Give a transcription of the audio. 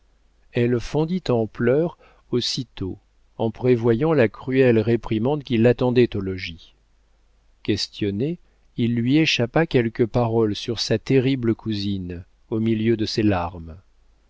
elle fondit en pleurs aussitôt en prévoyant la cruelle réprimande qui l'attendait au logis questionnée il lui échappa quelques paroles sur sa terrible cousine au milieu de ses larmes